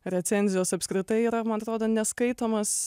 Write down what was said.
recenzijos apskritai yra man atrodo neskaitomas